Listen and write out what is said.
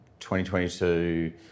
2022